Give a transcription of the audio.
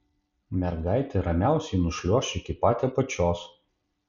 mergaitė ramiausiai nušliuoš iki pat apačios